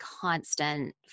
constant